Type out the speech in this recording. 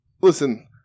listen